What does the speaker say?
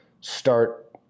start